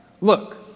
Look